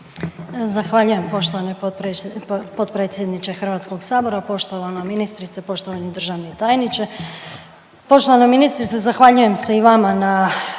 Zahvaljujem poštovani potpredsjedniče HS. Poštovana ministrice, poštovani državni tajniče.